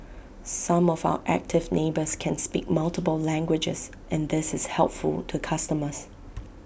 some of our active neighbours can speak multiple languages and this is helpful to customers